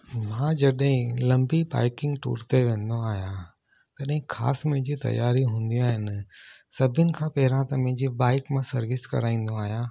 मां जॾहिं लंबी बाइकिंग टूर ते वेंदो आहियां तॾहिं ख़ासि मुंहिंजी तयारी हूंदी आहिनि सभिनि खां पहिरां त मुंहिंजी बाइक मां सर्विस कराईंदो आहियां